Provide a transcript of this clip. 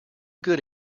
good